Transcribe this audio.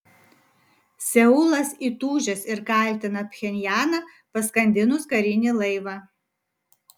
seulas įtūžęs ir kaltina pchenjaną paskandinus karinį laivą